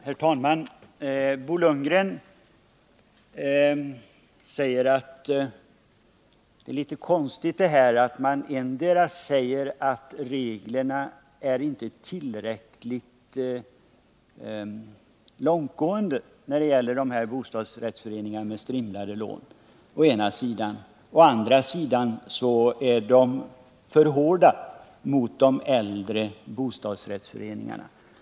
Herr talman! Bo Lundgren tycker att det är litet konstigt att man å ena sidan säger att reglerna inte är tillräckligt långtgående när det gäller bostadsrättsföreningar med strimlade lån och å andra sidan säger att de är för hårda mot de äldre bostadsrättsföreningarna.